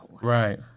Right